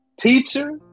teacher